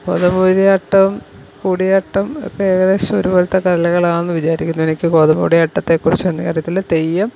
കോതം മൂരിയാട്ടം കൂടിയാട്ടം ഒക്കെ ഏകദേശം ഒരുപോലത്തെ കലകളാണെന്നു വിചാരിക്കുന്നു എനിക്കു കോതം കൂടിയാട്ടത്തെക്കുറിച്ച് അധികം അറിയത്തില്ല തെയ്യം